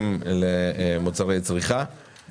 עוברים לסעיף השני שעל סדר היום.